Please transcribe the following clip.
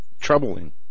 troubling